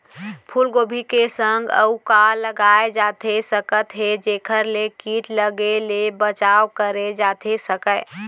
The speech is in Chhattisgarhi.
फूलगोभी के संग अऊ का लगाए जाथे सकत हे जेखर ले किट लगे ले बचाव करे जाथे सकय?